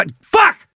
fuck